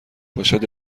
باشد